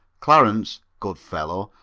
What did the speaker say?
clarence, good fellow,